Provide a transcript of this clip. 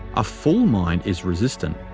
a full mind is resistant.